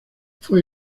fue